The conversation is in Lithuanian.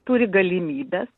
turi galimybes